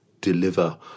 deliver